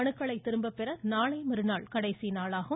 மனுக்களை திரும்பப் பெற நாளை மறுநாள் கடைசி நாளாகும்